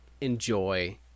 enjoy